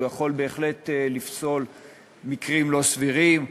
והוא יכול בהחלט לפסול מקרים לא סבירים,